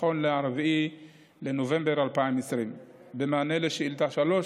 נכון ל-4 בנובמבר 2020. במענה על השאלה השלישית,